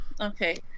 Okay